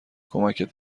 کمکت